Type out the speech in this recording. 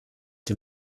dem